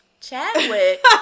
Chadwick